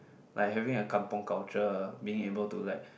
like having a kampung culture being able to like